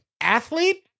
Athlete